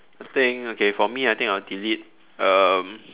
I think okay for me I think I'll delete um